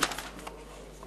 מטלון,